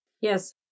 Yes